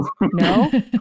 no